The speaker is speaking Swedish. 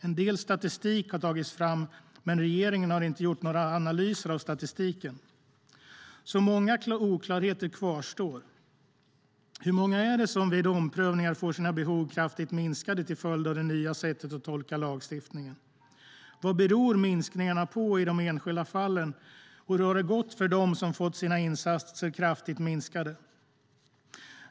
En del statistik har tagits fram, men regeringen har inte gjort några analyser. Många oklarheter kvarstår alltså. Hur många är det som vid omprövningar får sina behov kraftigt minskade till följd av det nya sättet att tolka lagstiftningen? Vad beror minskningarna på i de enskilda fallen, och hur har det gått för dem som har fått sina insatser kraftigt minskade?